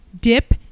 dip